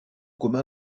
commun